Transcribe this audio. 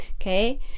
Okay